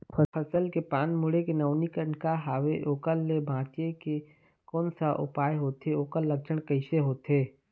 फसल के पान मुड़े के नवीनीकरण का हवे ओकर ले बचे के कोन सा उपाय होथे ओकर लक्षण कैसे होथे?